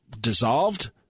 dissolved